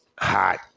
hot